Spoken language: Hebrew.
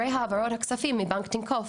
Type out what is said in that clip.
המסמך השלישי, אישורי העברת כספים מבנק טנקוף